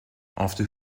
after